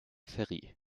ferry